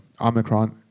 Omicron